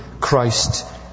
Christ